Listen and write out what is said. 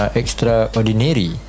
extraordinary